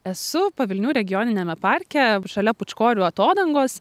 esu pavilnių regioniniame parke šalia pūčkorių atodangos